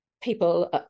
people